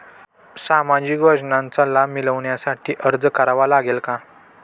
सामाजिक योजनांचा लाभ मिळविण्यासाठी अर्ज करावा लागेल का?